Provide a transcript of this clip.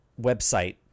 website